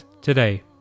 today